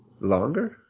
longer